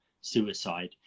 suicide